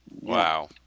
Wow